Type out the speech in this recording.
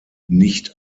nicht